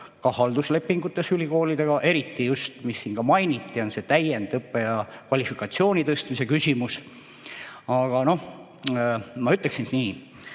ka halduslepingutes ülikoolidega. Eriti just, nagu siin mainiti, on see täiendõppe ja kvalifikatsiooni tõstmise küsimus. Aga noh, ma ütleksin nii.